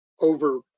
over